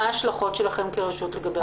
מה ההשלכות שלכם כרשות לגבי הנושא הזה.